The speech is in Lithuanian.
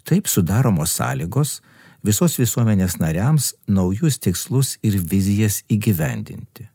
taip sudaromos sąlygos visos visuomenės nariams naujus tikslus ir vizijas įgyvendinti